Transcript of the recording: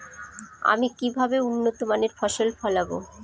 আমি কিভাবে উন্নত মানের ফসল ফলাব?